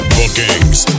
bookings